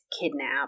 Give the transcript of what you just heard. kidnapped